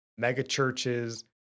megachurches